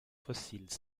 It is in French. fossiles